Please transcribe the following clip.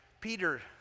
Peter